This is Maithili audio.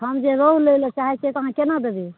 हम जे रोहु लै लऽ चाहैत छियै तऽ अहाँ केना देबै